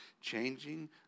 changing